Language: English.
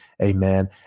Amen